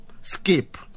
skip